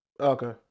Okay